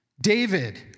David